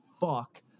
fuck